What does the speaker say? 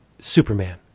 Superman